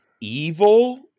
evil